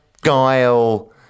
guile